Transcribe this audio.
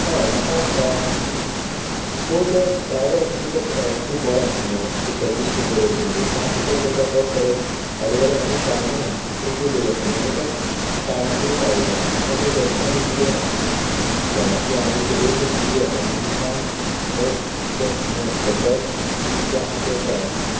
हय म्हाका सांग सो तो ड्रायव्हर आशिल्लो तो खूब बरो आशिल्लो तिची सर्विस खूब बरी आशिल्ली सो हांव प्रिफर करतां तोच परत आयलो जाल्यार ट्राय ट्रिपूय बरी आसतली आनी तो टायमाचेरूय पावयतलो सो म्हाका ते बेस्टे आनी डिले नाका कळ्ळे किद्याक म्हाजे शेड्यूल खूब बिजी आसात म्हणून म्हाका यू नो कितें ते बेस्ट थींग कितें आसा तेंच जाय आशिल्ले